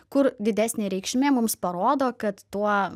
kur didesnė reikšmė mums parodo kad tuo